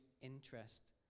interest